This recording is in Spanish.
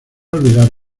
olvidar